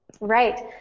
Right